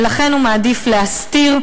ולכן הוא מעדיף להסתיר,